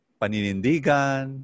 paninindigan